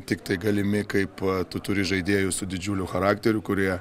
tiktai galimi kaip tu turi žaidėjus su didžiuliu charakteriu kurie